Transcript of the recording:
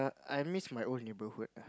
I miss my old neighbourhood ah